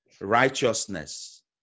righteousness